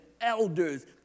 elders